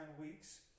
weeks